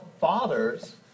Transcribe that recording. fathers